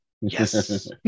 Yes